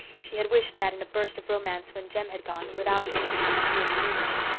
she had wished that in a burst of romance when jem had gone, without, perhaps, really meaning it.